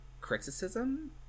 criticism